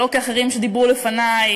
שלא כאחרים שדיברו לפני,